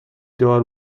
دار